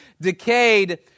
decayed